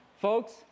Folks